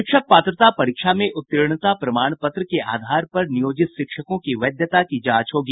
शिक्षक पात्रता परीक्षा में उत्तीर्णता प्रमाण पत्र के आधार पर नियोजित शिक्षकों की वैधता की जांच होगी